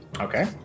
Okay